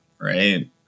right